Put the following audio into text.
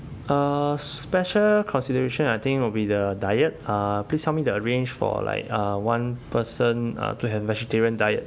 uh special consideration I think will be the diet uh please help me to arrange for like uh one person uh to have vegetarian diet